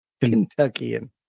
Kentuckian